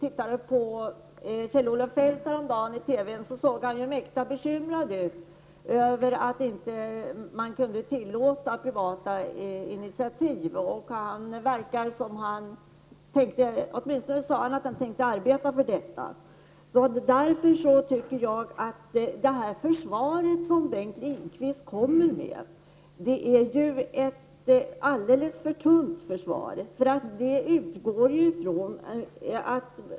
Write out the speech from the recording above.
Kjell-Olof Feldt såg mäkta bekymrad ut i TV häromdagen över att man inte kunde tillåta privata initiativ. Han sade att han tänkte arbeta för detta. Därför tycker jag att det försvar Bengt Lindqvist ställer upp med är alldeles för tunt.